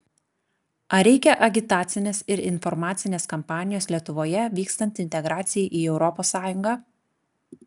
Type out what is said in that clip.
ar reikia agitacinės ir informacinės kampanijos lietuvoje vykstant integracijai į europos sąjungą